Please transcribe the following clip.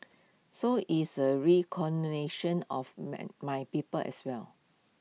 so it's A recognition of my people as well